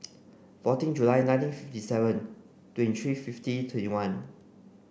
fourteen July nineteen fifty seven twenty three fifty twenty one